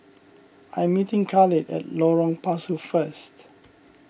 I'm meeting Khalid at Lorong Pasu first